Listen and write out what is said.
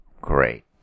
great